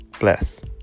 bless